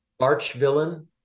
Archvillain